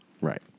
Right